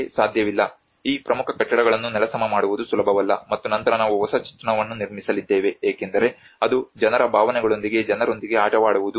ನಮಗೆ ಸಾಧ್ಯವಿಲ್ಲ ಈ ಪ್ರಮುಖ ಕಟ್ಟಡಗಳನ್ನು ನೆಲಸಮ ಮಾಡುವುದು ಸುಲಭವಲ್ಲ ಮತ್ತು ನಂತರ ನಾವು ಹೊಸ ಚಿತ್ರಣವನ್ನು ನಿರ್ಮಿಸಲಿದ್ದೇವೆ ಏಕೆಂದರೆ ಅದು ಜನರ ಭಾವನೆಗಳೊಂದಿಗೆ ಜನರೊಂದಿಗೆ ಆಟವಾಡುವುದು